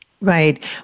Right